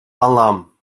alam